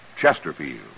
Chesterfield